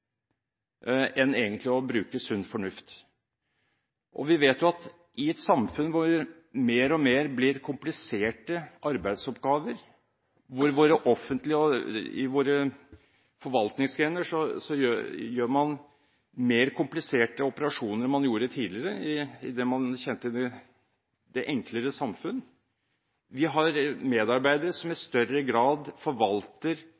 enn egentlig å bruke sunn fornuft. Vi lever i et samfunn hvor mer og mer blir kompliserte arbeidsoppgaver, og hvor man i våre forvaltningsgrener gjør mer kompliserte operasjoner enn man gjorde tidligere, i det man kjente som det enklere samfunnet. Vi har medarbeidere som i større grad forvalter